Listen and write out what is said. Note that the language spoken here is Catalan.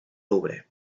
louvre